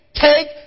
take